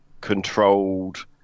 controlled